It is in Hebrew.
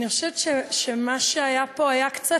אני חושבת שמה שהיה פה היה קצת,